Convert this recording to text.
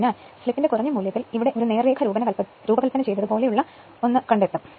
അതിനാൽ സ്ലിപ്പിന്റെ കുറഞ്ഞ മൂല്യത്തിൽ ഇവിടെ ഒരു നേർരേഖ രൂപകൽപന ചെയ്തത് പോലെയുള്ള ഒന്ന് കണ്ടെത്തും